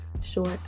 short